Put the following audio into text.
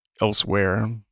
elsewhere